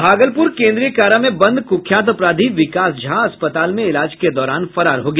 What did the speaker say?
भागलपुर केन्द्रीय कारा में बंद कुख्यात अपराधी विकास झा अस्पताल में इलाज के दौरान फरार हो गया